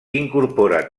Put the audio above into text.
incorpora